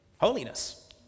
Holiness